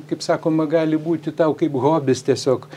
kaip sakoma gali būti tau kaip hobis tiesiog